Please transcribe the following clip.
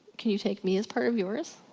can you take me as part of yours?